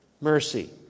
mercy